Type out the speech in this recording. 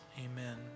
Amen